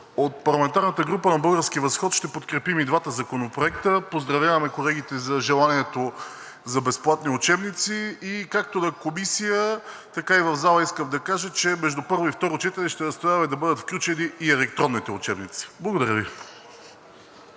От парламентарната група на „Български възход“ ще подкрепим и двата законопроекта. Поздравяваме колегите за желанието за безплатни учебници. Както на Комисия, така и в залата искам да кажа, че между първо и второ четене ще настояваме да бъдат включени и електронните учебници. Благодаря Ви.